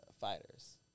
fighters